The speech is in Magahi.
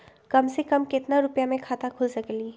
कम से कम केतना रुपया में खाता खुल सकेली?